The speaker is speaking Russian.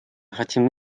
хотим